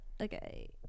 okay